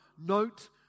note